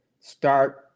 start